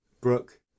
Brooke